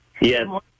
Yes